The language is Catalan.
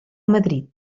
madrid